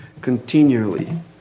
continually